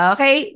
Okay